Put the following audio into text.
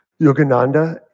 Yogananda